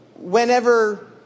Whenever